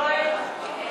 יואל,